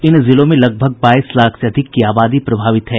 इन जिलों में लगभग बाईस लाख से अधिक की आबादी प्रभावित है